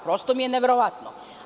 Prosto mi je neverovatno.